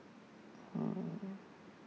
mm